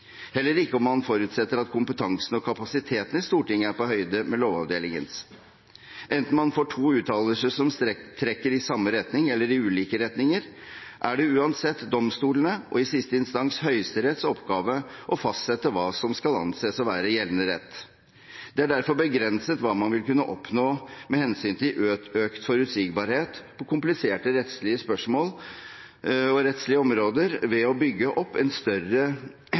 heller ikke om man forutsetter at kompetansen og kapasiteten i Stortinget er på høyde med Lovavdelingens. Enten man får to uttalelser som trekker i samme retning, eller man får to uttalelser som trekker i ulike retninger, er det uansett domstolenes – og i siste instans Høyesteretts – oppgave å fastsette hva som skal anses å være gjeldende rett. Det er derfor begrenset hva man vil kunne oppnå med hensyn til økt forutsigbarhet på kompliserte rettslige områder ved å bygge opp et større